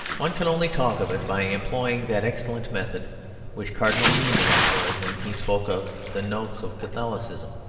one can only talk of it by employing that excellent method which cardinal newman employed when he spoke of the notes of catholicism.